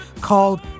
called